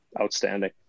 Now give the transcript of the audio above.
outstanding